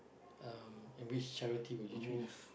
uh and which charity would you choose